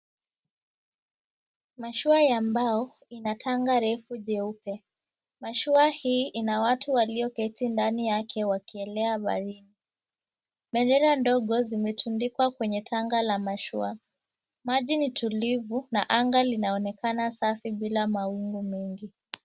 Mashua ya mbao ina tanga refu jeupe. Mashua hii ina watu walioketi ndani yake wakielea baharini. Bendera ndogo zimetundikwa kwenye tanga la mashua. Maji ni tulivu na anga linaonekana safi bila mawingu mengi.